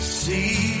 see